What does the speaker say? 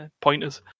pointers